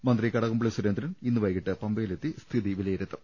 മന്ത്രി കടകംപള്ളി സുരേന്ദ്രൻ ഇന്ന് വൈകിട്ട് പമ്പയിലെത്തി സ്ഥിതി വിലയിരുത്തും